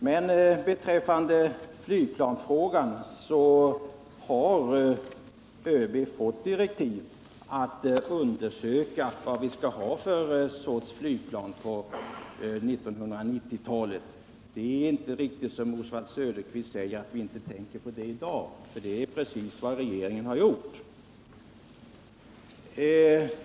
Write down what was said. Men beträffande flygplansfrågan har ÖB fått direktiv att undersöka vad vi skall ha för sorts flygplan på 1990-talet. Det är inte riktigt som Oswald Söderqvist säger att vi inte tänker på det i dag, för det är precis vad regeringen har gjort.